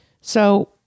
So-